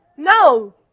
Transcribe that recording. No